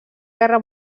guerra